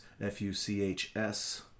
F-U-C-H-S